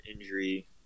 injury